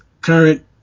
current